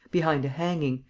behind the hanging,